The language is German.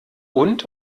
und